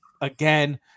again